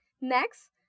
next